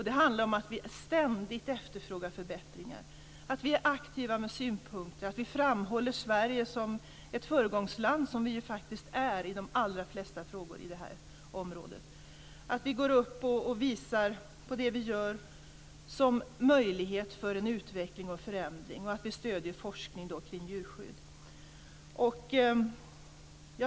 Det handlar om att vi ständigt efterfrågar förbättringar, att vi är aktiva med synpunkter, att vi framhåller Sverige som ett föregångsland - som vi är i de allra flesta frågor på det här området -, att vi går upp och visar vad vi gör som möjlighet för en utveckling och en förändring och att vi stöder forskning kring djurskydd.